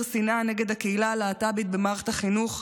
שנאה נגד הקהילה הלהט"בית במערכת החינוך.